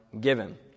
given